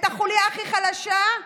את החוליה הכי חלשה.